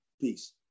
Peace